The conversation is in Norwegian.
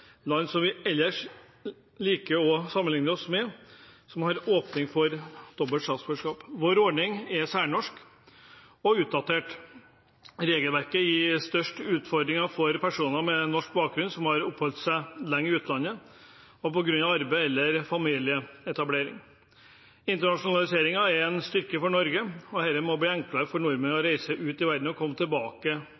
Land som vi ellers liker å sammenligne oss med, har åpning for dobbelt statsborgerskap. Vår ordning er særnorsk og utdatert. Regelverket gir størst utfordringer for personer med norsk bakgrunn som har oppholdt seg lenge i utlandet på grunn av arbeid eller familieetablering. Internasjonaliseringen er en styrke for Norge, og det må bli enklere for nordmenn å